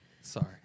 Sorry